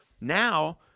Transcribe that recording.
now